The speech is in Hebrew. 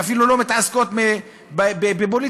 שאפילו לא מתעסקות בפוליטיקה,